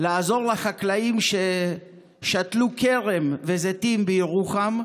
לעזור לחקלאים ששתלו כרם וזיתים בירוחם,